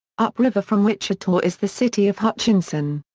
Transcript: up river from wichita is the city of hutchinson.